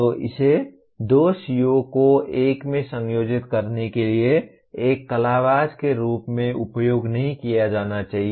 तो इसे दो CO को एक में संयोजित करने के लिए एक कलाबाज़ के रूप में उपयोग नहीं किया जाना चाहिए